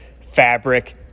fabric